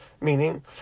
meaning